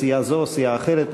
סיעה זו או סיעה אחרת,